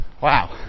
wow